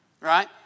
right